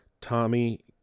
Tommy